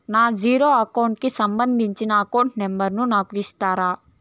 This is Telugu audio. నా జీరో అకౌంట్ కి సంబంధించి అకౌంట్ నెంబర్ ను నాకు ఇస్తారా